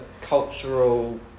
cultural